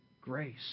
grace